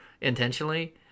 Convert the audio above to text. intentionally